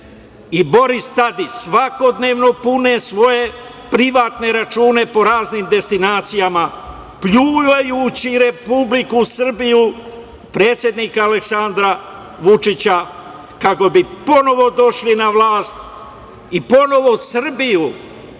i Boris Tadić svakodnevno pune svoje privatne račune po raznim destinacijama, pljujući Republiku Srbiju, predsednika Aleksandra Vučića kako bi ponovo došli na vlast i ponovo Srbiju